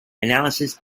analysis